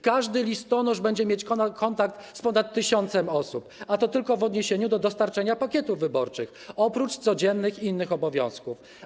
Każdy listonosz będzie mieć kontakt z ponad 1 tys. osób, a to tylko w odniesieniu do dostarczenia pakietów wyborczych, oprócz codziennych innych obowiązków.